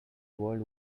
world